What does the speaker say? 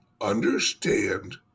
understand